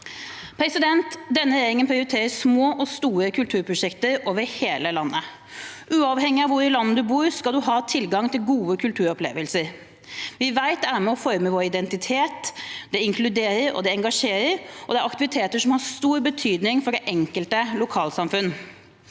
fritidstilbud. Denne regjeringen prioriterer små og store kulturprosjekter over hele landet. Uavhengig av hvor i landet man bor, skal man ha tilgang til gode kulturopplevelser. Vi vet at det er med på å forme vår identitet, det inkluderer og engasjerer, og det er aktiviteter som har stor betydning for det enkelte lokalsamfunn.